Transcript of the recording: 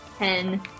Ten